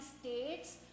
states